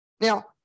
Now